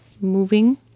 moving